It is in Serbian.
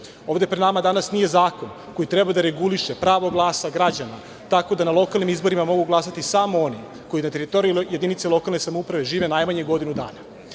Ovde pred nama nije zakon koji treba da reguliše pravo glasa građana tako da na lokalnim izborima mogu glasati samo oni koji na teritoriji jedinice lokalne samouprave žive najmanje godinu dana. To